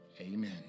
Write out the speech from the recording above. Amen